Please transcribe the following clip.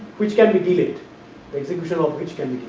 which can be delayed the execution of which can be